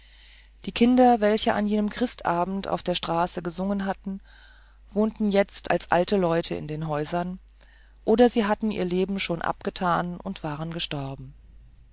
die kinder welche an jenem christabend auf der straße gesungen hatten wohnten jetzt als alte leute in den häusern oder sie hatten ihr leben schon abgetan und waren gestorben